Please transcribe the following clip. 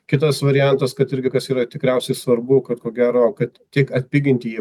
kitas variantas kad irgi kas yra tikriausiai svarbu kad ko gero kad tiek atpiginti jie